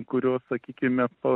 kurios sakykime po